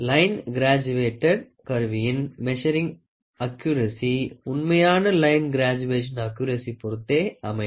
line graduated கருவியின் measuring accuracy உண்மையான line graduation accuracy பொறுத்தே அமையும்